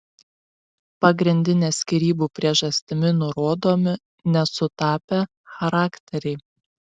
pagrindinė skyrybų priežastimi nurodomi nesutapę charakteriai